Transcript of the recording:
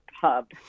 pub